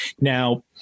Now